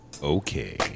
Okay